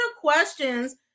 questions